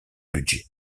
budget